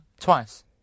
Twice